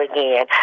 Again